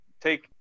take